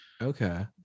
Okay